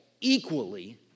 equally